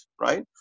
right